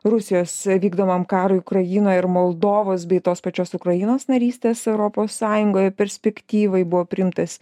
rusijos vykdomam karui ukrainoj ir moldovos bei tos pačios ukrainos narystės europos sąjungoj perspektyvai buvo priimtas